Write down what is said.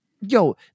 Yo